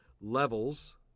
levels